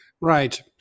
Right